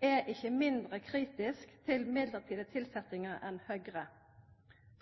er ikkje mindre kritisk til mellombelse tilsetjingar enn Høgre.